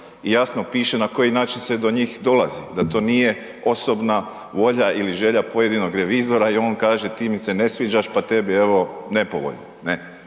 i jasno piše na koji način se do njih dolazi, da to nije osobna volja ili želja pojedinog revizora i on kaže ti mi se ne sviđaš, pa tebi evo nepovoljan,